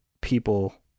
people